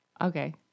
Okay